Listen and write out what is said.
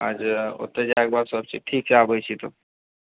अच्छा ओतए जाए के बाद सबचीज ठीक छै आबै छी तब